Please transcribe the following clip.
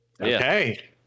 Okay